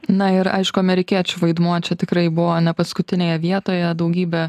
na ir aišku amerikiečių vaidmuo čia tikrai buvo ne paskutinėje vietoje daugybė